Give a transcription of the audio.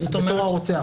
בתור הרוצח.